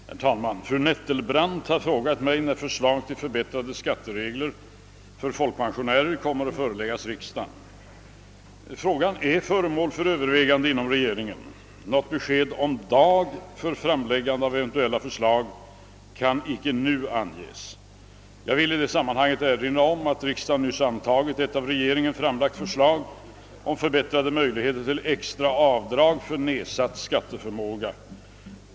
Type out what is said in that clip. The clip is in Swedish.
Herr talman! Fru Nettelbrandt har frågat mig när förslag till förbättrade skatteregler för folkpensionärer kommer att föreläggas riksdagen. Frågan är föremål för övervägande inom regeringen. Något besked om dag för framläggande av eventuella förslag kan inte nu anges. Jag vill i detta sammanhang erinra om att riksdagen nyss antagit ett av regeringen framlagt förslag om förbättrade möjligheter till extra avdrag för nedsatt skatteförmåga.